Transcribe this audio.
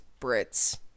Brits